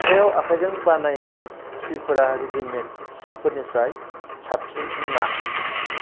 हाथायाव आखायजों बानायनाय सिफोरा रेडिमेद सिफोरनिफ्राय साबसिन होन्ना